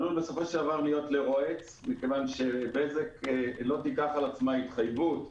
עלול בסופו של דבר להיות לרועץ מכיוון שבזק לא תיקח על עצמה התחייבות,